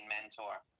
mentor